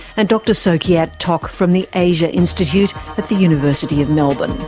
and dr sow keat yeah tok from the asia institute at the university of melbourne.